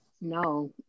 no